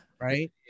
right